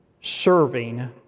serving